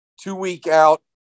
two-week-out